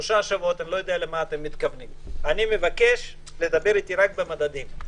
אני מבקש לדברי איתי רק במדדים,